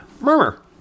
Murmur